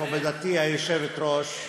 מכובדתי היושבת-ראש,